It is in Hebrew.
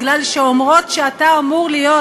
כי אומרות שאתה אמור להיות